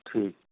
ਠੀਕ